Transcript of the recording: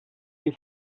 die